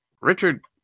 Richard